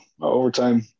Overtime